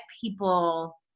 people